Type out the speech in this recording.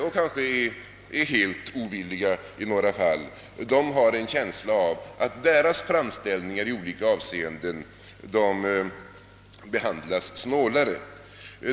Och de kommuner som är helt ovilliga har en känsla av att deras framställningar behandlas sämre i olika avseenden.